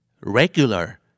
Regular